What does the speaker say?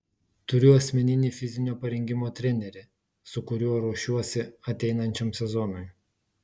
turiu asmeninį fizinio parengimo trenerį su kuriuo ruošiuosi ateinančiam sezonui